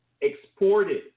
exported